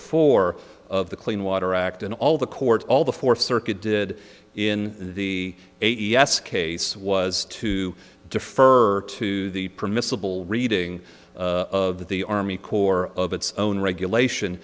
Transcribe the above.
four of the clean water act and all the courts all the fourth circuit did in the a t s case was to defer to the permissible reading of the army corps of its own regulation